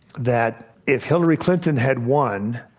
that if hillary clinton had won,